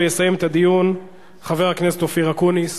יסיים את הדיון חבר הכנסת אופיר אקוניס,